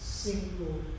single